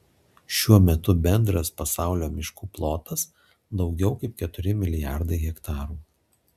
šiuo metu bendras pasaulio miškų plotas daugiau kaip keturi milijardai hektarų